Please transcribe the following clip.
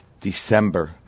December